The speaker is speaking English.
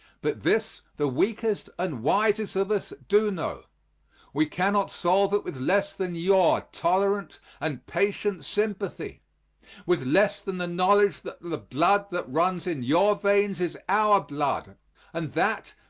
but this the weakest and wisest of us do know we cannot solve it with less than your tolerant and patient sympathy with less than the knowledge that the blood that runs in your veins is our blood and that,